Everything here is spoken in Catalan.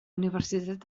universitat